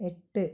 എട്ട്